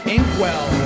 Inkwell